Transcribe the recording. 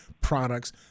products